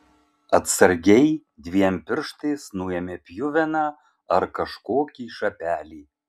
atsargiai dviem pirštais nuėmė pjuveną ar kažkokį šapelį